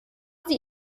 sie